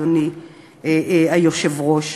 אדוני היושב-ראש,